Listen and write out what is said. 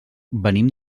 venim